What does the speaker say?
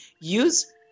use